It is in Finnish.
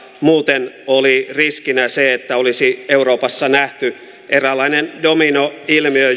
muuten oli riskinä se että olisi euroopassa nähty eräänlainen dominoilmiö